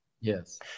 Yes